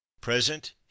Present